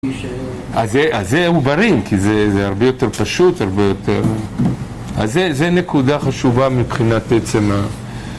אז זה עוברים, כי זה הרבה יותר פשוט, הרבה יותר אז זה נקודה חשובה מבחינת עצם ה...